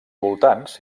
voltants